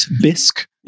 bisque